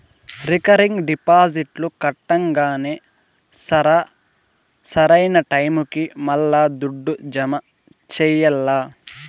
recurring డిపాజిట్లు కట్టంగానే సరా, సరైన టైముకి మల్లా దుడ్డు జమ చెయ్యాల్ల